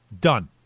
Done